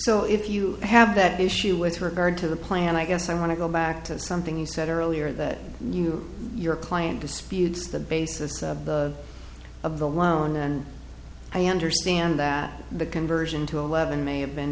so if you have that issue with regard to the plan i guess i want to go back to something you said earlier that new your client disputes the basis of the loan then i understand that the conversion to eleven may have been